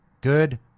good